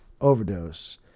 overdose